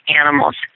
animals